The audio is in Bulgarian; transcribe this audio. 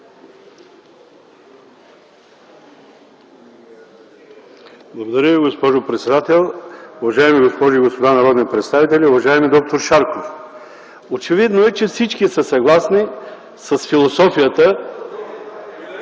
Благодаря, госпожо председател. Уважаеми госпожи и господа народни представители, уважаеми д-р Шарков! Очевидно е, че всички са съгласни с философията